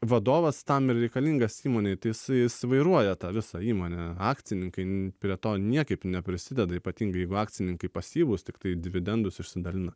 vadovas tam ir reikalingas įmonei tai jisai jis vairuoja tą visą įmonę akcininkai prie to niekaip neprisideda ypatingai jeigu akcininkai pasyvūs tiktai dividendus išsidalina